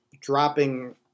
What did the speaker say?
dropping